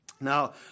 Now